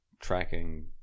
tracking